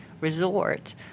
resort